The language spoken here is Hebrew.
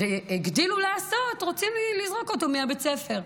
והגדילו לעשות ורוצים לזרוק אותו מבית הספר.